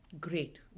Great